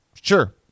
sure